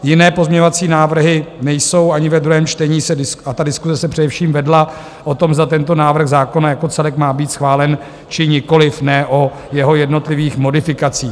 Jiné pozměňovací návrhy nejsou ani ve druhém čtení a ta diskuse se především vedla o tom, zda tento návrh zákona jako celek má být schválen, či nikoliv, ne o jeho jednotlivých modifikacích.